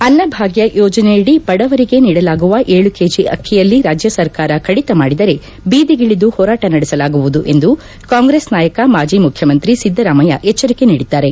ಅನ್ನಭಾಗ್ನ ಯೋಜನೆಯಡಿ ಬಡವರಿಗೆ ನೀಡಲಾಗುವ ಏಳು ಕೆಜಿ ಅಕ್ಕಿಯಲ್ಲಿ ರಾಜ್ಯ ಸರ್ಕಾರ ಕಡಿತ ಮಾಡಿದರೆ ಬೀದಿಗಳದು ಹೋರಾಟ ನಡೆಸಲಾಗುವುದು ಎಂದು ಕಾಂಗ್ರಸ್ ನಾಯಕ ಮಾಜಿ ಮುಖ್ಯಮಂತ್ರಿ ಸಿದ್ದರಾಮಯ್ಯ ಎಚ್ಚರಿಕೆ ನೀಡಿದ್ದಾರೆ